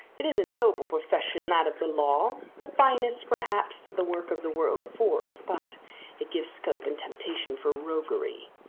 it is a noble profession, that of the law the finest perhaps that the work of the world affords but it gives scope and temptation for roguery.